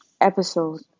episode